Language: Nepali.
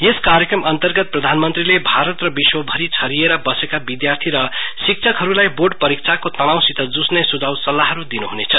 यस कार्यक्रम अन्तरर्गत प्रधानमन्त्रीले भारत र विश्वभरि छरिएर बसेका विद्यार्थी र शिक्षाकहरुलाई बोर्ड परीक्षाको तनावसित जुझ्ने सुझाव सल्लहरु दिनु हनेछ